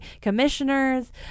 commissioners